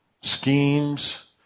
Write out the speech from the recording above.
schemes